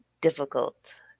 difficult